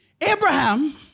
abraham